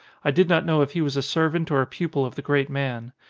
i did not know if he was a servant or a pupil of the great man.